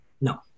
no